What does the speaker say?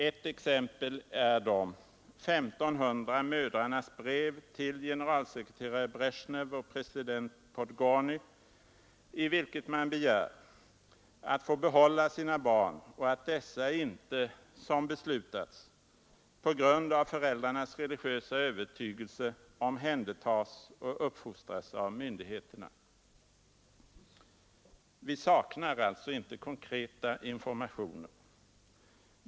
Ett exempel är de 1 500 mödrarnas brev till Bresjnev och president Podgorny, i vilket man begär att få behålla sina barn och att dessa inte, som beslutats, på grund av föräldrarnas religiösa övertygelse omhändertas och uppfostras av myndigheterna. Vi saknar alltså inte konkreta informationer.